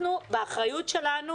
יש לנו אחריות שמוטלת עלינו.